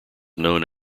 known